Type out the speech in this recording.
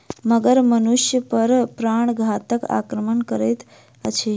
मगर मनुष पर प्राणघातक आक्रमण करैत अछि